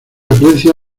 aprecia